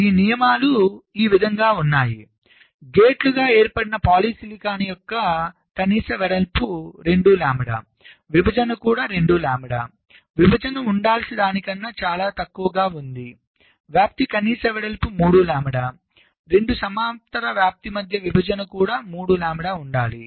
ఈ నియమాలు ఈ విధంగా ఉన్నాయి గేట్లు గా ఏర్పడిన పాలిసిలికాన్ యొక్క కనీస వెడల్పు 2 లాంబ్డా విభజన కూడా 2 లాంబ్డా విభజన ఉండాల్సిన దానికన్నా చాలా తక్కువగా ఉంది వ్యాప్తి కనీస వెడల్పు 3 లాంబ్డా 2 సమాంతర వ్యాప్తి మధ్య విభజన కూడా 3 లాంబ్డా ఉండాలి